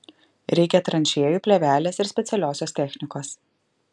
reikia tranšėjų plėvelės ir specialiosios technikos